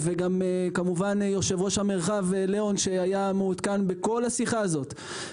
כמובן גם עם יושב ראש המרחב לאון שהיה מעודכן בכל השיחה הזו.